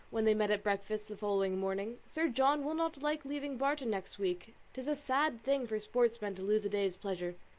when they met at breakfast the following morning, sir john will not like leaving barton next week tis a sad thing for sportsmen to lose a day's pleasure.